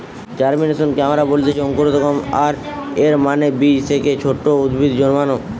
জার্মিনেশনকে আমরা বলতেছি অঙ্কুরোদ্গম, আর এর মানে বীজ থেকে ছোট উদ্ভিদ জন্মানো